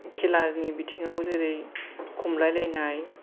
खेलानि बिथिङाव जेरै खमलायलायनाय